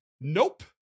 Nope